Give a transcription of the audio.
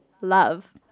love